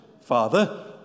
father